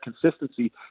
consistency